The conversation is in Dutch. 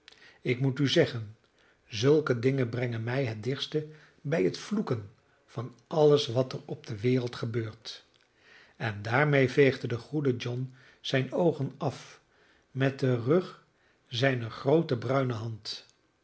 ik moet u zeggen zulke dingen brengen mij het dichtste bij het vloeken van alles wat er op de wereld gebeurt en daarmede veegde de goede john zijne oogen af met den rug zijner groote bruine hand